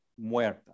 muerta